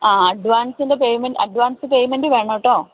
അ അഡ്വാൻസിൻ്റെ പേം advance payment വേണം കേട്ടോ